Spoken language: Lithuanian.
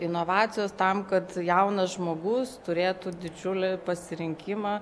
inovacijos tam kad jaunas žmogus turėtų didžiulį pasirinkimą